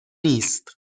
نیست